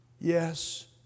Yes